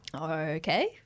Okay